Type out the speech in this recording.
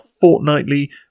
fortnightly